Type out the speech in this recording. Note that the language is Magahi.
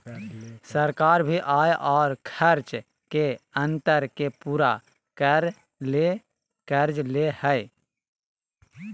सरकार भी आय और खर्च के अंतर के पूरा करय ले कर्ज ले हइ